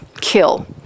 kill